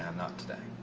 um not today.